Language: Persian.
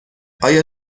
آیا